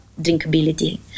drinkability